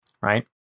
right